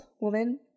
woman